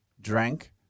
drank